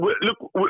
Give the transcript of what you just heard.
look